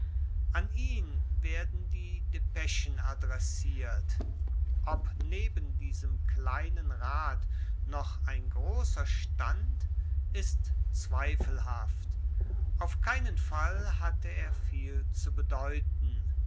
an ihn werden die depeschen adressiert ob neben diesem kleinen rat noch ein grosser stand ist zweifelhaft auf keinen fall hatte er viel zu bedeuten